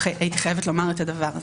והייתי חייבת לומר את הדבר הזה.